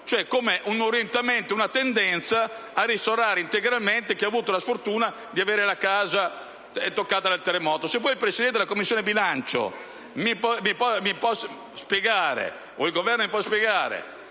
cioè come un orientamento, una tendenza a ristorare integralmente chi ha avuto la sfortuna di avere la casa colpita dal terremoto. Poi il Presidente della Commissione bilancio o il Governo mi dovranno spiegare